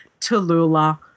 Tallulah